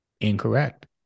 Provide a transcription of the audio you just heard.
incorrect